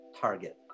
Target